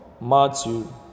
Matthew